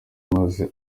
maze